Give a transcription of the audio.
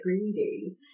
greedy